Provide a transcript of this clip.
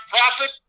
profit